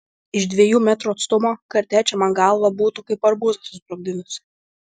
iš dviejų metrų atstumo kartečė man galvą būtų kaip arbūzą susprogdinusi